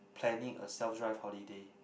planning a self drive holiday